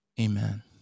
Amen